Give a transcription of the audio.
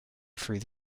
through